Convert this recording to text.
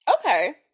Okay